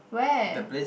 where